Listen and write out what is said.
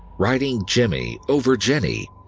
writing jimmy over jenny,